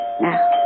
Now